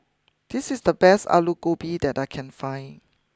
this is the best Alu Gobi that I can find